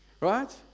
Right